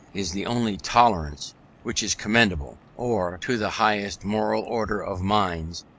is the only tolerance which is commendable, or, to the highest moral order of minds,